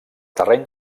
terreny